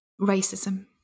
Racism